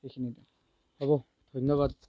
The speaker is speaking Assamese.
এইখিনিয়ে হ'ব ধন্যবাদ